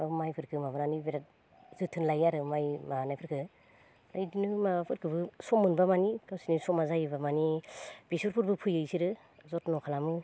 माइफोरखो माबानानै बिराद जोथोन लायो आरो माइ माबानायफोरखो ओमफाय बिदिनो माबाफोरखोबो सम मोनब्ला मानि गावसिनि समा जायोब्ला मानि बेसर फोरबो फोयो इसोरो जथन' खालामो